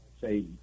say